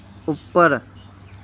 ਉੱਪਰ